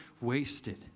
wasted